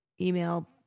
email